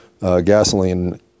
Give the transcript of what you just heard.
gasoline